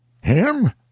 Him